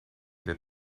that